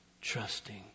trusting